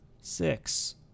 six